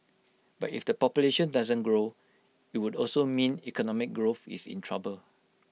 but if the population doesn't grow IT would also mean economic growth is in trouble